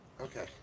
Okay